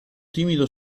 timido